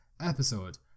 episode